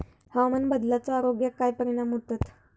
हवामान बदलाचो आरोग्याक काय परिणाम होतत?